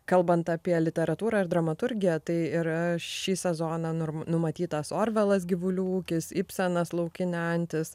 kalbant apie literatūrą ir dramaturgiją tai ir šį sezoną nurm numatytas orvelas gyvulių ūkis ibsenas laukinė antis